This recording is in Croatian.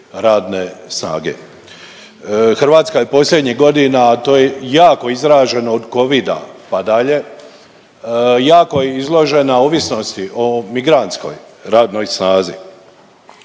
Hrvatska je posljednjih godina, a to je jako izraženo, od covida, pa dalje, jako izložena ovisnosti o migrantskoj radnoj snazi.